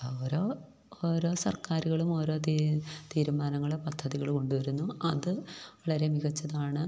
ഓരോ ഓരോ സർക്കാരുകളും ഓരോ തീരുമാനങ്ങള് പദ്ധതികള് കൊണ്ടുവരുന്നു അത് വളരെ മികച്ചതാണ്